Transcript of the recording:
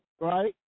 right